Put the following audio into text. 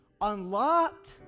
unlocked